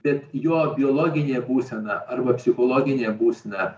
bet jo biologinė būsena arba psichologinė būsena